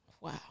Wow